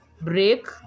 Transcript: break